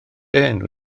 enw